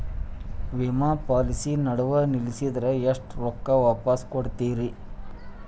ವಿಮಾ ಪಾಲಿಸಿ ನಡುವ ನಿಲ್ಲಸಿದ್ರ ಎಷ್ಟ ರೊಕ್ಕ ವಾಪಸ್ ಕೊಡ್ತೇರಿ?